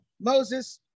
Moses